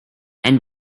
and